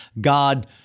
God